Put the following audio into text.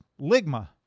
Ligma